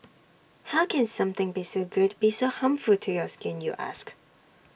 how can something be so good be so harmful to your skin you ask